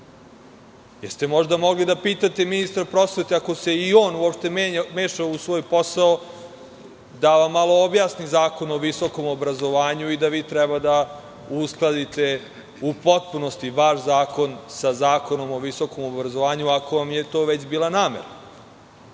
možda mogli da pitate i ministra prosvete, ako se i on uopšte meša u svoj posao, da vam malo objasni Zakon o visokom obrazovanju i da vi treba da uskladite u potpunosti vaš zakon sa Zakonom o visokom obrazovanju, ako vam je to već bila namera. Još